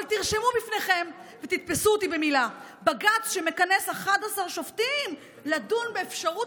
אבל תרשמו בפניכם ותתפסו אותי במילה: בג"ץ שמכנס 11 שופטים לדון באפשרות